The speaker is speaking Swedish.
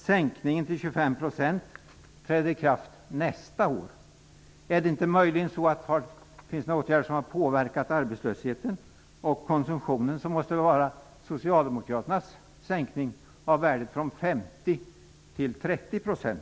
Sänkningen till 25 % träder i kraft nästa år. Är det möjligen så att några åtgärder har påverkat arbetslösheten och konsumtionen? Det måste i så fall vara Socialdemokraternas sänkning av ränteavdragets värde från 50 till 30 %.